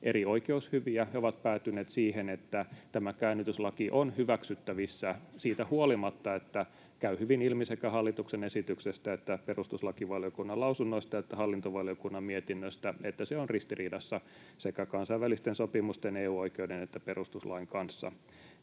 eri oikeushyviä he ovat päätyneet siihen, että tämä käännytyslaki on hyväksyttävissä siitä huolimatta, että hallituksen esityksestä, perustuslakivaliokunnan lausunnoista ja hallintovaliokunnan mietinnöstä käy hyvin ilmi, että se on ristiriidassa sekä kansainvälisten sopimusten, EU-oikeuden että perustuslain kanssa.